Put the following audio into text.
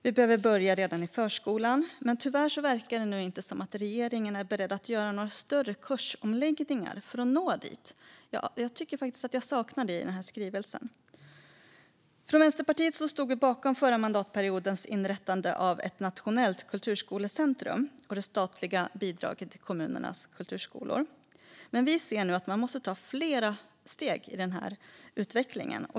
Det behöver börja redan i förskolan. Men tyvärr verkar det nu inte som att regeringen är beredd att göra någon större kursomläggning för att nå dit. Jag saknar det i skrivelsen. Från Vänsterpartiet stod vi bakom förra mandatperiodens inrättande av ett nationellt kulturskolecentrum och det statliga bidraget till kommunernas kulturskolor. Men vi ser nu att man måste ta fler steg i den här utvecklingen.